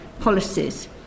policies